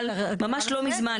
אבל ממש לא מזמן,